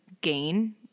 gain